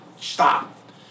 stop